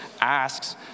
asks